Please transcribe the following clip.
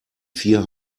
vier